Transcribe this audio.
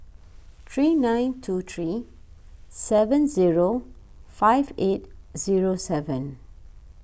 three nine two three seven zero five eight zero seven